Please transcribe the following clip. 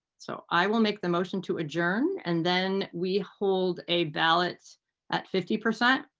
so i will make the motion to adjourn and then we hold a valid at fifty percent.